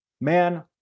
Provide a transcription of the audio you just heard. man